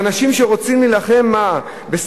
ואנשים שרוצים להילחם, משפט אחרון.